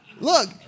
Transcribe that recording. Look